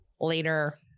later